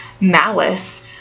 malice